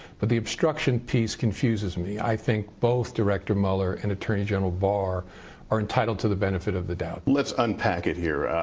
but the obstruction piece confuses me. i think both director mueller and attorney general barr are entitled to the benefit of the doubt. let's unpack it here.